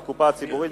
בקופה הציבורית,